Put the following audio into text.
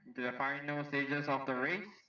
the finances of the